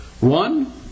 One